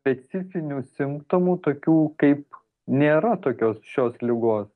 specifinių simptomų tokių kaip nėra tokios šios ligos